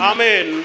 Amen